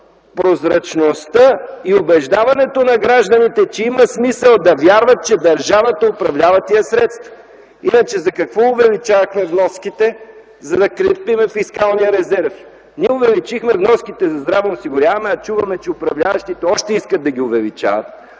прозрачността и убеждаването на гражданите, че има смисъл да вярват, че държавата управлява тези средства. Иначе за какво увеличавахме вноските? – за да крепим фискалния резерв. Ние увеличихме вноските за здравно осигуряване, а чуваме, че управляващите още искат да ги увеличават,